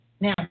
Now